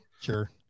sure